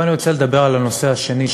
אבל אני רוצה לדבר על הנושא השני,